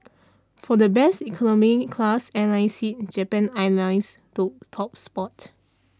for best economy class airline seat Japan Airlines took top spot